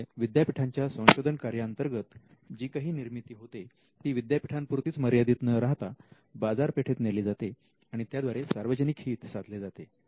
त्यामुळे विद्यापीठाच्या संशोधन कार्याअंतर्गत जी काही निर्मिती होते ती विद्यापीठा पुरतीच मर्यादित न राहता बाजारपेठेत नेली जाते आणि त्याद्वारे सार्वजनिक हित साधले जाते